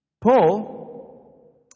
Paul